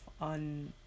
on